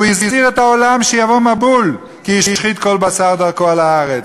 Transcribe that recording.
והזהיר את העולם שיבוא מבול כי השחית כל בשר את דרכו על הארץ,